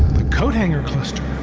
the coat hanger cluster